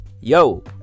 Yo